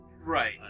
Right